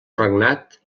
regnat